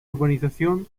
urbanización